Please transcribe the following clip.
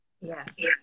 Yes